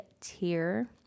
tier